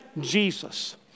Jesus